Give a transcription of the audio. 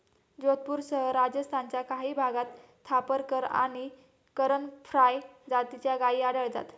जोधपूरसह राजस्थानच्या काही भागात थापरकर आणि करण फ्राय जातीच्या गायी आढळतात